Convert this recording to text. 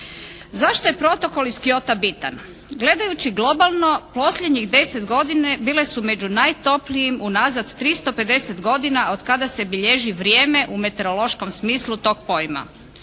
Zašto je protokol iz Kyota bitan? Gledajući globalno posljednjih 10 godina bile su među najtoplijim unazad 350 godina od kada se bilježi vrijeme u meteorološkom smislu tog pojma.